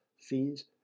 fees